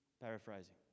Paraphrasing